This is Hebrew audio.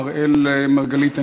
אראל מרגלית,